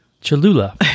Cholula